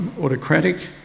autocratic